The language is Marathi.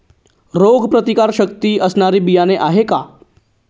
रोगप्रतिकारशक्ती असणारी बियाणे आहे का?